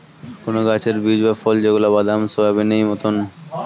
কোন গাছের বীজ বা ফল যেগুলা বাদাম, সোয়াবেনেই মতোন